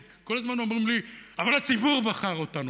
כי כל הזמן אומרים לי: אבל הציבור בחר אותנו,